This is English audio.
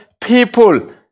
people